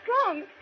strong